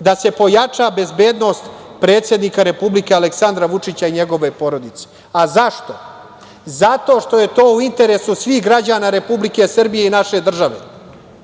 da se pojača bezbednost predsednika Republike Aleksandra Vučića i njegove porodice. Zašto? Zato što je to u interesu svih građana Republike Srbije i naše države.